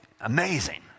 amazing